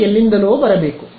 ಅದು ಎಲ್ಲಿಂದಲೋ ಬರಬೇಕು